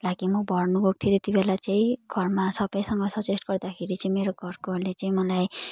लागि म भर्नु गएको थिएँ त्यति बेला चाहिँ घरमा सबसँग सजेस्ट गर्दाखेरि चाहिँ मेरो घरकाहरूले चाहिँ मलाई